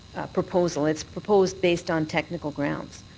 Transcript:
proposal. it's proposed based on technical grounds.